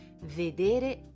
Vedere